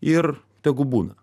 ir tegu būna